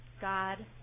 God